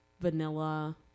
vanilla